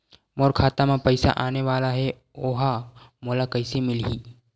मोर खाता म पईसा आने वाला हे ओहा मोला कइसे मिलही?